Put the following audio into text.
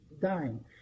dying